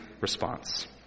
response